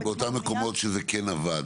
ובנייה --- באותם מקומות שבהם זה כן עבד